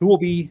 who will be